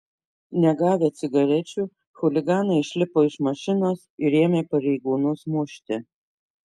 negavę cigarečių chuliganai išlipo iš mašinos ir ėmė pareigūnus mušti